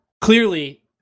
clearly